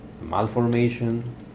malformation